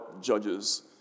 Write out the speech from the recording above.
judges